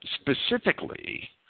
specifically